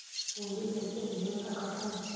पूंजी कइसे भेज सकत हन?